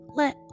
let